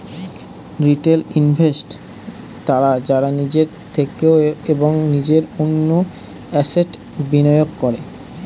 retail investors তারা যারা নিজের থেকে এবং নিজের জন্য অ্যাসেট্স্ বিনিয়োগ করে